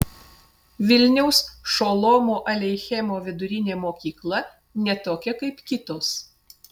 vilniaus šolomo aleichemo vidurinė mokykla ne tokia kaip kitos